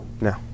No